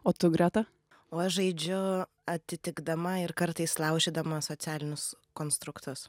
o tu greta o aš žaidžiu atitikdama ir kartais laužydama socialinius konstruktus